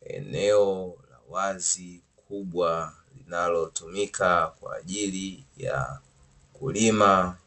Eneo wazi kubwa linalotumika kwa ajili ya kulima,